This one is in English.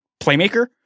playmaker